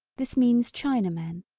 this means chinamen,